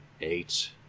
eight